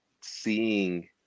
seeing